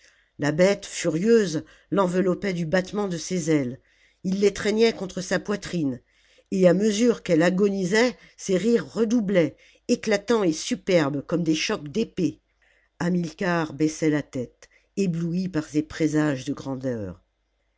la bête furieuse l'enveloppait du battement de ses ailes il l'étreignait contre sa poitrine et à mesure qu'elle agonisait ses rires redoublaient éclatants et superbes comme des chocs d'épées hamilcar baissait la tête ébloui par ces présages de grandeur